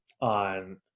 on